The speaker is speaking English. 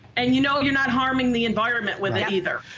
and you know you're not harming the environment with it either.